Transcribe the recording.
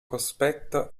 cospetto